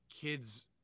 kids